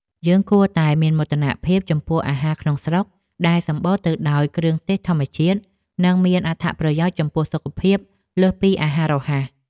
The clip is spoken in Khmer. យើងគួរតែមានមោទនភាពចំពោះអាហារក្នុងស្រុកដែលសម្បូរទៅដោយគ្រឿងទេសធម្មជាតិ និងមានអត្ថប្រយោជន៍ចំពោះសុខភាពលើសពីអាហាររហ័ស។